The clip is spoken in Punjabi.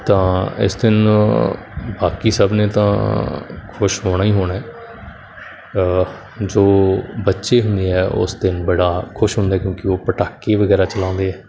ਤਾਂ ਇਸ ਦਿਨ ਬਾਕੀ ਸਭ ਨੇ ਤਾਂ ਖੁਸ਼ ਹੋਣਾ ਹੀ ਹੋਣਾ ਜੋ ਬੱਚੇ ਹੁੰਦੇ ਆ ਉਸ ਦਿਨ ਬੜਾ ਖੁਸ਼ ਹੁੰਦਾ ਕਿਉਂਕਿ ਉਹ ਪਟਾਕੇ ਵਗੈਰਾ ਚਲਾਉਂਦੇ ਆ